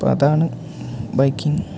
അപ്പം അതാണ് ബൈക്കിങ്